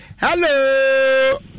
hello